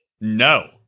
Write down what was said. No